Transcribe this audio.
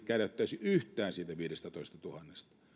käräyttäisi yhtään siitä viidestätoistatuhannesta